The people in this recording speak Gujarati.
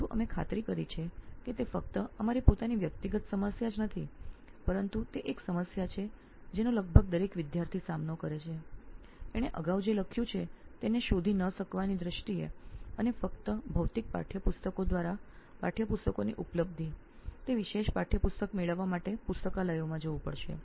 પરંતુ અમે ખાતરી કરી છે કે તે ફક્ત અમારી પોતાની વ્યક્તિગત સમસ્યા જ નથી પરંતુ એવી સમસ્યા છે જેનો લગભગ દરેક વિદ્યાર્થી એ રૂપે સામનો કરે છે કે તેણે અગાઉ જે લખ્યું છે તે મળતું નથી અને ફક્ત ભૌતિક પાઠયપુસ્તકો દ્વારા પાઠયપુસ્તકોની ઉપલબ્ધિ તે વિશેષ પાઠયપુસ્તક મેળવવા માટે પુસ્તકાલયોમાં જવું પડશે